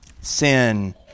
Sin